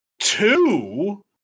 Two